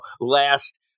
Last